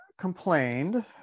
complained